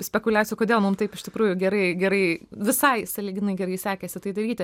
spekuliacijų kodėl mum taip iš tikrųjų gerai gerai visai sąlyginai gerai sekėsi tai daryti